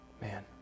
man